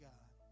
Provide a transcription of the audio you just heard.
God